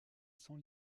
sans